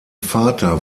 vater